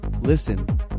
Listen